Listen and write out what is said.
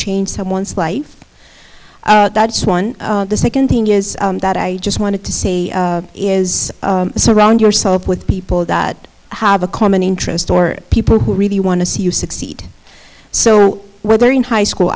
change someone's life that's one the second thing is that i just wanted to say is surround yourself with people that have a common interest or people who really want to see you succeed so where they're in high school